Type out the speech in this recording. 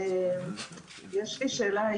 יש לי שאלה.